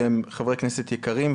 שהם חברי כנסת יקרים,